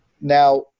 Now